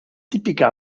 típica